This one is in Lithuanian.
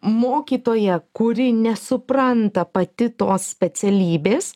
mokytoja kuri nesupranta pati tos specialybės